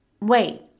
wait